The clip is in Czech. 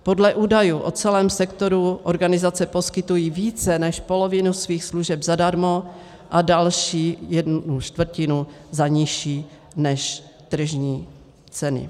Podle údajů o celém sektoru organizace poskytují více než polovinu svých služeb zadarmo a další jednu čtvrtinu za nižší než tržní ceny.